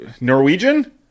Norwegian